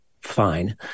fine